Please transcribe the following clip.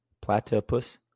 platypus